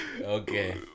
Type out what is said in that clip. okay